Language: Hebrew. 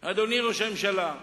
אדוני ראש הממשלה,